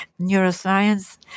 neuroscience